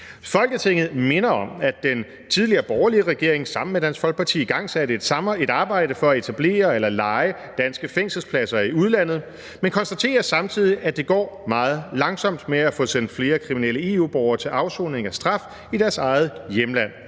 Folketinget minder om, at den tidligere borgerlige regering sammen med Dansk Folkeparti igangsatte et arbejde for at etablere eller leje danske fængselspladser i udlandet, men konstaterer samtidig, at det går meget langsomt med at få sendt flere kriminelle EU-borgere til afsoning af straf i deres eget hjemland.